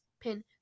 pin